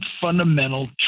fundamental